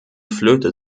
flöte